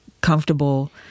comfortable